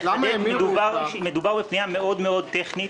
מדובר בפנייה מאוד טכנית.